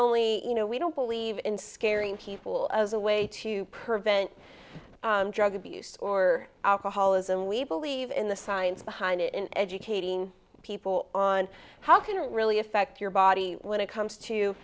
only you know we don't believe in scaring people as a way to prevent drug abuse or alcoholism we believe in the science behind it in educating people on how can it really affect your body when it comes to